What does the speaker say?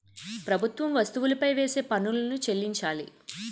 ప్రభుత్వం వస్తువులపై వేసే పన్నులను చెల్లించాలి